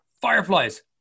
Fireflies